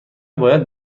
باید